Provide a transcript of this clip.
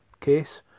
case